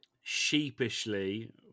sheepishly